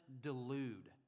delude